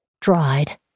dried